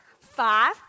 five